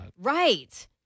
Right